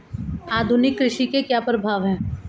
आधुनिक कृषि के क्या प्रभाव हैं?